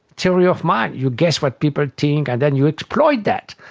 theory of mind, you guess what people think and then you exploit that.